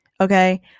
okay